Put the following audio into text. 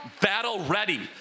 battle-ready